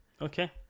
Okay